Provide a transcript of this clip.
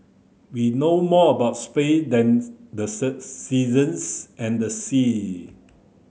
we know more about space than the seasons and the sea